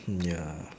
ya